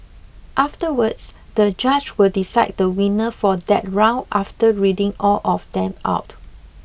afterwards the judge will decide the winner for that round after reading all of them out